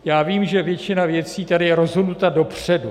Já vím, že většina věcí je tady rozhodnuta dopředu.